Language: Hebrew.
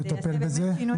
נטפל בזה.